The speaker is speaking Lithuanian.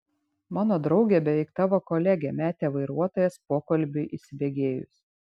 mano draugė beveik tavo kolegė metė vairuotojas pokalbiui įsibėgėjus